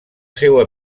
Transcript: seua